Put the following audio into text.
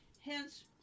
hence